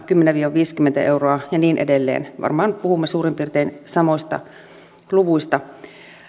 kymmenen viiva viisikymmentä euroa ja niin edelleen varmaan puhumme suurin piirtein samoista luvuista